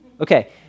Okay